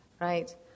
right